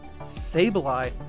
Sableye